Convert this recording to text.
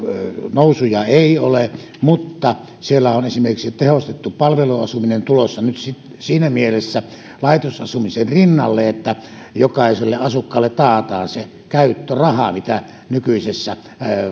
nousuja ei ole mutta siellä on esimerkiksi tehostettu palveluasuminen tulossa nyt siinä mielessä laitosasumisen rinnalle että jokaiselle asukkaalle taataan se käyttöraha mitä nykyisessä